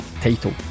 title